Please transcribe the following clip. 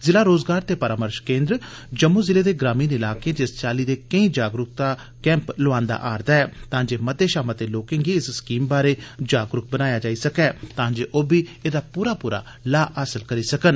ज़िला रोजगार ते परामर्श केन्द्र जम्मू ज़िले दे ग्रामीण इलाकें च इस चाली दे केंई जागरुकता कैम्प लोआंदा आरदा ऐ तां जे मते शा मते लोकें गी इस स्कीम बारै जागरुक बनाया जा ते ओ एदा पूरा पूरा लाह हासिल करी सकन